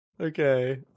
Okay